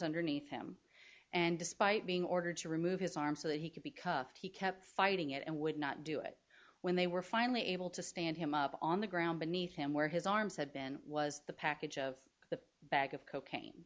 underneath him and despite being ordered to remove his arm so that he could because he kept fighting it and would not do it when they were finally able to stand him up on the ground beneath him where his arms have been was the package of the bag of cocaine